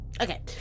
Okay